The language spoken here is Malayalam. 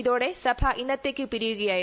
ഇതോടെ സഭ ഇന്നത്തേക്ക് പിരിയുകയായിരുന്നു